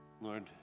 Lord